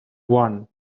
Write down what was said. one